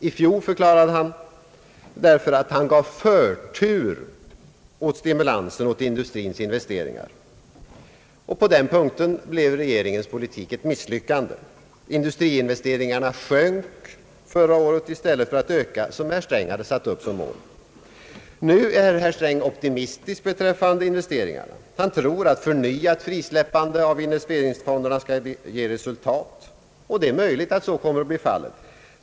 I fjol förklarade han därför att han gav förtur åt stimulansen av industrins investeringar. På den punkten blev regeringens politik ett misslyckande. Industriinvesteringarna sjönk förra året i stället för att öka, som herr Sträng hade satt upp som mål. Nu är herr Sträng optimistisk beträffande investeringarna. Han tror att för Ang. den ekonomiska politiken, m.m. nyat frisläppande av investeringsfonderna skall ge resultat. Det är möjligt att så kommer att bli fallet.